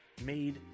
made